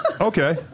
okay